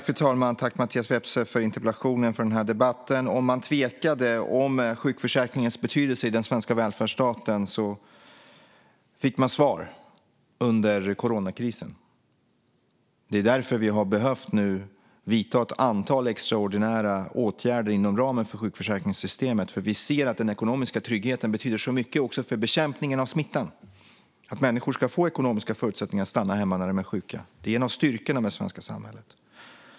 Fru talman! Tack, Mattias Vepsä, för interpellationen och för denna debatt! Om man tvekade om sjukförsäkringens betydelse i den svenska välfärdsstaten fick man svar under coronakrisen. Det är därför vi nu har behövt vidta ett antal extraordinära åtgärder inom ramen för sjukförsäkringssystemet. Vi ser nämligen att den ekonomiska tryggheten betyder mycket också för bekämpningen av smittan - att människor ska få ekonomiska förutsättningar att stanna hemma när de är sjuka. Det är en av styrkorna med det svenska samhället.